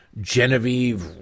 Genevieve